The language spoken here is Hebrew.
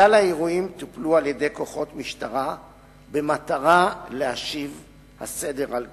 כלל האירועים טופלו על-ידי כוחות משטרה במטרה להשיב את הסדר על כנו.